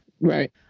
Right